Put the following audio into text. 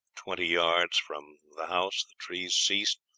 twenty yards from the house the trees ceased,